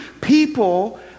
People